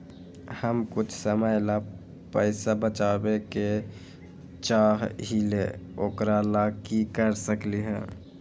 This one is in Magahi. हम कुछ समय ला पैसा बचाबे के चाहईले ओकरा ला की कर सकली ह?